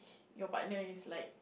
your partner is like